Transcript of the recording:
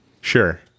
sure